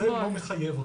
זה לא מחייב אותי.